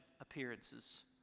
appearances